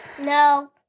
No